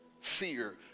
fear